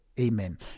Amen